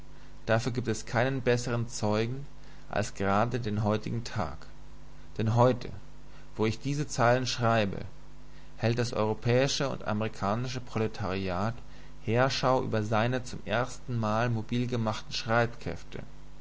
dafür gibt es keinen bessern zeugen als grade den heutigen tag denn heute wo ich diese zeilen schreibe hält das europäische und amerikanische proletariat heerschau über seine zum erstenmal mobil gemachten streitkräfte